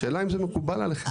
השאלה אם זה מקובל עליכם?